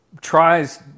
tries